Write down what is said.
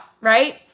right